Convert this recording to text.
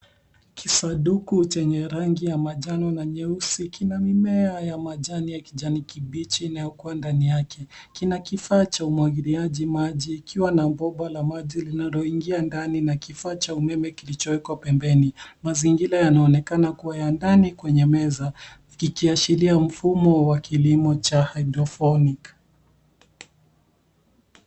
Kisanduku chenye rangi ya manjano na nyeusi, kina mimea ya majani ya kijani kibichi inayokua ndani yake. Kina kifaa cha umwagiliaji maji, ikiwa na bomba la maji linaloingia ndani, na kifaa cha umeme kilochowekwa pembeni. Mazingira yanaonekana kua ya ndani kwenye meza, kikiashiria mfumo wa kilomo cha hydrophonic .